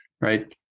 right